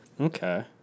Okay